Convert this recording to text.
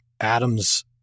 Adam's